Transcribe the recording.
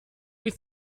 ist